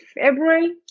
February